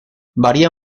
varía